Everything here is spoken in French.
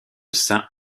saints